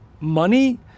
money